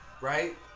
right